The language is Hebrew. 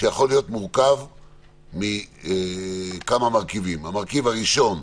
שיכול להיות מורכב מכמה מרכיבים: ראשית,